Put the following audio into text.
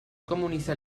comunista